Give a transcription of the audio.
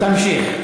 תמשיך.